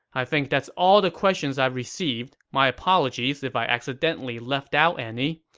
i think that's all the questions i've received. my apologies if i accidentally left out any.